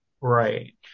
Right